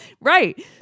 Right